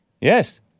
Yes